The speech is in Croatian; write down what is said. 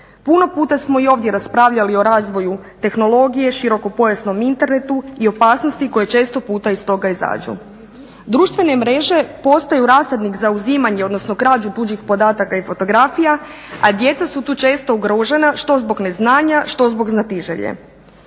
Puno puta smo i ovdje raspravljali o razvoju tehnologije, širokopojasnom internetu i opasnosti koje često puta iz toga izađu. Društvene mreže postaju rasadnik za uzimanje, odnosno krađu tuđih podataka i fotografija, a djeca su tu često ugrožena što zbog neznanja, što zbog znatiželje.